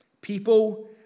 People